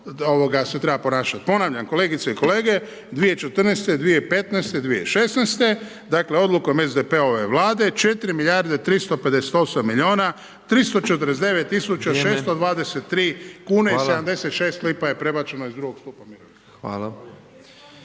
kako se treba ponašati. Ponavljam kolegice i kolege, 2014., 2015., 2016., dakle SDP-ove vlade 4 milijarde 358 milijuna, 349 623 kune i 76 lipa je prebačeno iz II. stupa